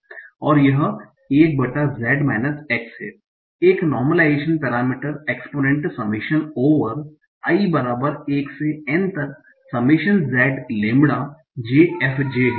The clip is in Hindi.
और यह 1Z x है एक normalisation parameter exponent summation over i बराबर 1 से n तक summation j lambda j f j है